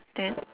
then